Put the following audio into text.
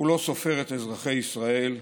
הוא לא סופר את אזרחי ישראל,